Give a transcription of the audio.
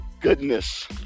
goodness